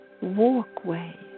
walkway